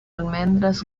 almendras